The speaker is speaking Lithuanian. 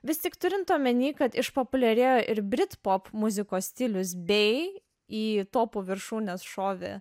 vis tik turint omenyje kad išpopuliarėjo ir britų pop muzikos stilius bei į topų viršūnes šovė